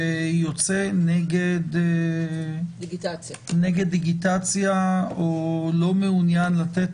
שיוצא נגד דיגיטציה או לא מעוניין לתת